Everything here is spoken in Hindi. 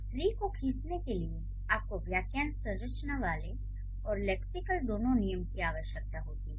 ट्री को खींचने के लिए आपको वाक्यांश संरचना वाले और लेक्सिकल दोनों नियम की आवश्यकता होती है